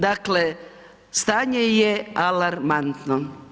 Dakle, stanje je alarmantno.